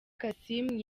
kassim